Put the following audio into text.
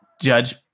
judge